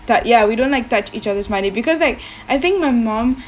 tou~ ya we don't like touch each other's money because Iike I think my mum